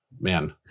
Man